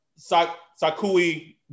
Sakui